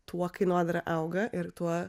tuo kainodara auga ir tuo